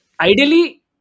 ideally